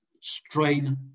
strain